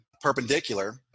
perpendicular